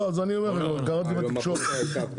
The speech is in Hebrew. לא, אז אני אומר, קראתי בתקשורת.